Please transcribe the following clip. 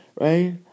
right